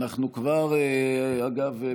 אגב,